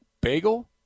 bagel